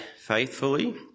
faithfully